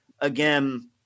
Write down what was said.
again